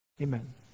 amen